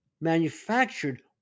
manufactured